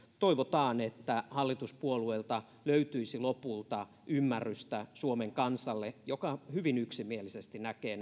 toivotaan että hallituspuolueilta löytyisi lopulta ymmärrystä suomen kansalle joka hyvin yksimielisesti näkee